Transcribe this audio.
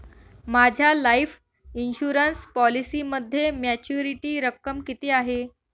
माझ्या life insurance पॉलिसीमध्ये maturity रक्कम किती आहे?